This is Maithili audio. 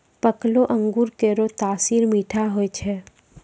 पकलो अंगूर केरो तासीर मीठा होय छै